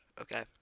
okay